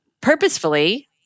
purposefully